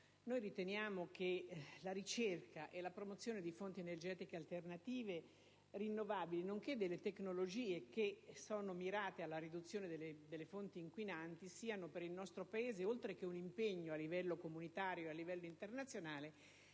noi riteniamo che la ricerca e la promozione di fonti energetiche alternative rinnovabili, nonché delle tecnologie mirate alla riduzione delle fonti inquinanti rappresentino per il nostro Paese, oltre che un impegno a livello comunitario e internazionale,